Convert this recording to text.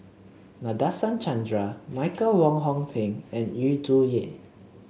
Nadasen Chandra Michael Wong Hong Teng and Yu Zhuye